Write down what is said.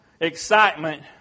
excitement